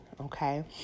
Okay